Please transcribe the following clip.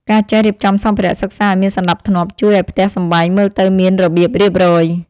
ការចេះរៀបចំសម្ភារៈសិក្សាឱ្យមានសណ្តាប់ធ្នាប់ជួយឱ្យផ្ទះសម្បែងមើលទៅមានរបៀបរៀបរយ។